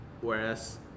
Whereas